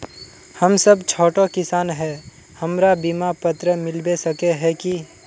हम सब छोटो किसान है हमरा बिमा पात्र मिलबे सके है की?